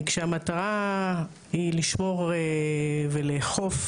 כשהמטרה היא לשמור ולאכוף